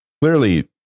clearly